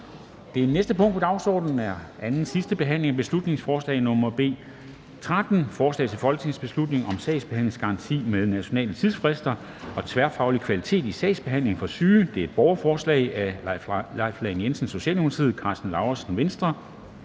Det næste punkt på dagsordenen er: 2) 2. (sidste) behandling af beslutningsforslag nr. B 13: Forslag til folketingsbeslutning om sagsbehandlingsgaranti med nationale tidsfrister og tværfaglig kvalitet i sagsbehandlingen for syge (borgerforslag). Af Leif Lahn Jensen (S), Karsten Lauritzen (V), Peter